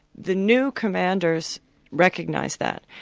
the new commanders recognised that,